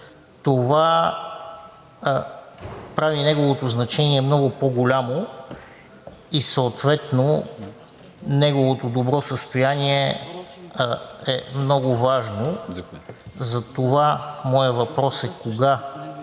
това прави неговото значение много по-голямо и съответно неговото добро състояние е много важно. Затова моят въпрос е: кога